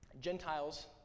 Gentiles